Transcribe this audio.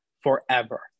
forever